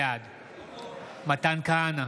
בעד מתן כהנא,